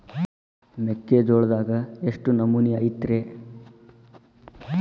ಮೆಕ್ಕಿಜೋಳದಾಗ ಎಷ್ಟು ನಮೂನಿ ಐತ್ರೇ?